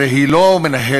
הרי היא לא מנהלת,